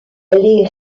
les